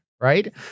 right